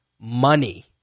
money